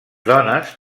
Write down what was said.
dones